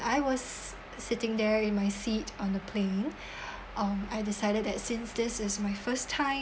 I was sitting there in my seat on the plane um I decided that since this is my first time